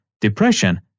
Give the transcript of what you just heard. depression